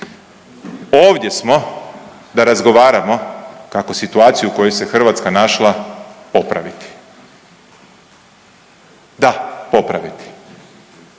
Ovdje smo da razgovaramo kako situaciju u kojoj se Hrvatska našla popraviti, da popraviti.